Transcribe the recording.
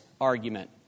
argument